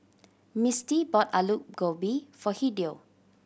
Misty bought Alu Gobi for Hideo